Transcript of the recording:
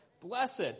Blessed